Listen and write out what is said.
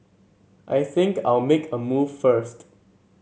I think I'll make a move first